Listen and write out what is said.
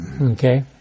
Okay